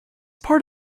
part